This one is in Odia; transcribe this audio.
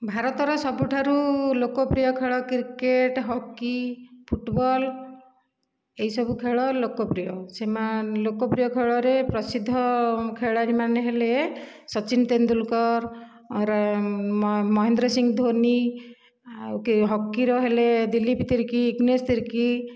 ଭାରତର ସବୁଠାରୁ ଲୋକପ୍ରିୟ ଖେଳ କ୍ରିକେଟ ହକି ଫୁଟବଲ ଏହିସବୁ ଖେଳ ଲୋକପ୍ରିୟ ଲୋକପ୍ରିୟ ଖେଳରେ ପ୍ରସିଦ୍ଧ ଖେଳାଳି ମାନେ ହେଲେ ସଚିନ ତେନ୍ଦୁଲକର ମହେନ୍ଦ୍ର ସିଂ ଧୋନି ଆଉ ହକିର ହେଲେ ଦିଲ୍ଲୀପ ତିର୍କି ଇଗ୍ନେସ ତିର୍କି